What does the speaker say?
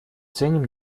ценим